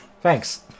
thanks